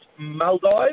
Maldives